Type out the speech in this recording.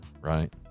right